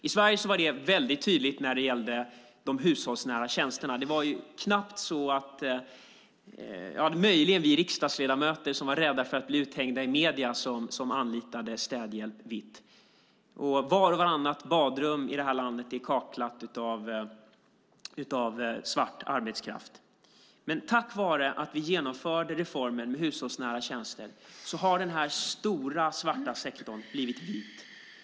I Sverige var det väldigt tydligt när det gällde de hushållsnära tjänsterna. Möjligen var det vi riksdagsledamöter som var rädda för att bli uthängda i medierna som anlitade städhjälp vitt, men vart och vartannat badrum i det här landet är kaklat av svart arbetskraft. Tack vare att vi genomförde reformen med hushållsnära tjänster har den här stora svarta sektorn blivit vit.